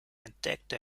entdeckte